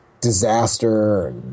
disaster